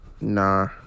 Nah